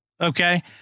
okay